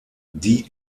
die